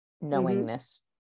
knowingness